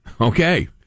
Okay